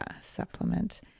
supplement